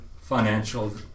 financial